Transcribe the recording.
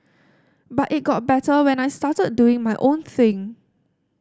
but it got better when I started doing my own thing